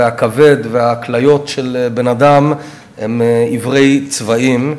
הכבד והכליות של בן-אדם הם עיוורי צבעים.